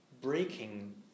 breaking